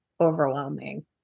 overwhelming